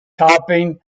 topping